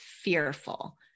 fearful